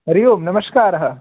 हरिः ओम् नमस्कारः